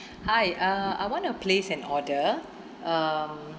hi uh I wanna place an order um